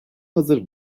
hazır